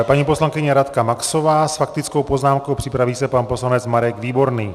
Paní poslankyně Radka Maxová s faktickou poznámkou, připraví se pan poslanec Marek Výborný.